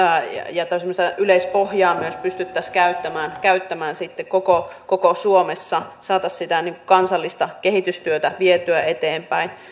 ja semmoista yleispohjaa myös pystyttäisiin käyttämään käyttämään sitten koko koko suomessa saataisiin sitä kansallista kehitystyötä vietyä eteenpäin